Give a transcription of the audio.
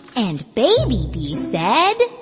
and baby bee said.